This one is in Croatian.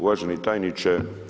Uvaženi tajniče.